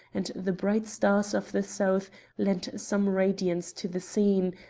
and the bright stars of the south lent some radiance to the scene,